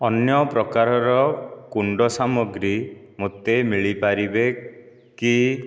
ଅନ୍ୟ ପ୍ରକାରର କୁଣ୍ଡ ସାମଗ୍ରୀ ମୋତେ ମିଳିପାରିବେ କି